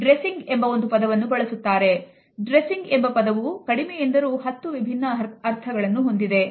dressing ಎಂಬ ಪದವು ಕಡಿಮೆಯೆಂದರೂ ಹತ್ತು ವಿಭಿನ್ನ ಅರ್ಥಗಳನ್ನು ಹೊಂದಿದೆ